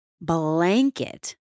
blanket